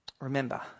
Remember